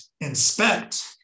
inspect